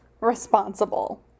responsible